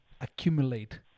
accumulate